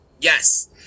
Yes